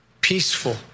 Peaceful